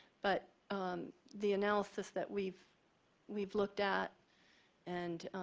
but the analysis that we've we've looked at and